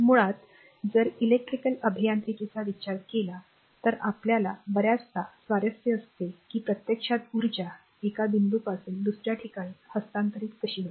मुळात जर इलेक्ट्रिकल अभियांत्रिकीचा विचार केला तर आपल्याला बर्याचदा स्वारस्य असते की प्रत्यक्षात ऊर्जा एका बिंदूपासून दुसर्या ठिकाणी हस्तांतरित होते